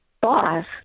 boss